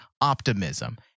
Optimism